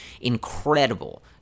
incredible